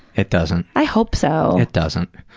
it doesn't. i hope so. it doesn't.